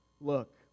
Look